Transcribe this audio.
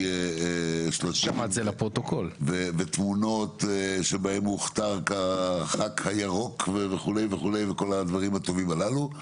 שלטים ותמונות שבהם הוכתר כח"כ הירוק וכל הדברים הטובים הללו.